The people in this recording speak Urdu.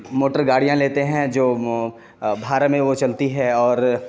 موٹر گاڑیاں لیتے ہیں جو بھاڑے میں وہ چلتی ہے اور